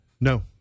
No